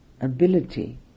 ability